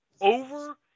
over